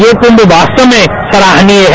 ये कुंभ वास्तव में सराहनीय है